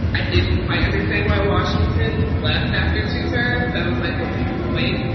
i didn't. i understand why washington left after two terms, both like, what's the point?